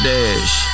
Dash